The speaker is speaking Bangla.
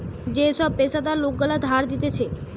যে সব পেশাদার লোক গুলা ধার দিতেছে